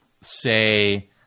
say